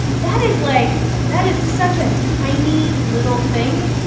that is, like that is such a tiny, little thing.